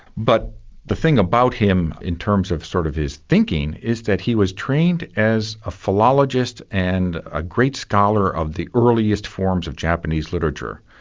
but the thing about him, in terms of sort of his thinking, is that he was trained as a philologist and a great scholar of the earliest forms of japanese literature,